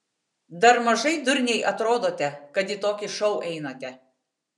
dar mažai durniai atrodote kad į tokį šou einate